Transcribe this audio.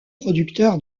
producteur